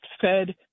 Fed